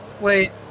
Wait